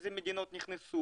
איזה מדינות נכנסו,